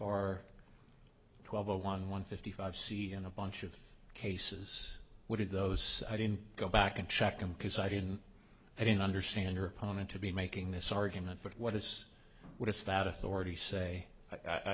r twelve zero one one fifty five c and a bunch of cases what did those i didn't go back and check them because i didn't i didn't understand your opponent to be making this argument but what is what is that authority say i